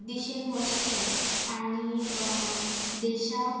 दिशेन वचचे आनी देशाक